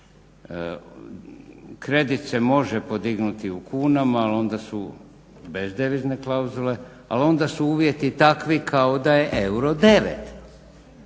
Kredit se može podignuti u kunama ali onda su bezdevizne klauzule, ali onda su uvjeti takvi kao da je euro 9.